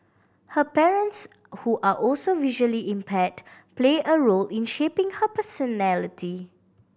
her parents who are also visually impaired play a role in shaping her personality